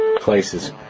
places